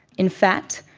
in fact,